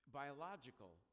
biological